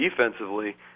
defensively